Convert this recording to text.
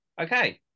Okay